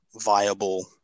viable